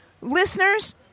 listeners